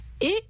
Et